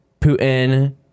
Putin